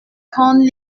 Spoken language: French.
grandes